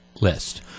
list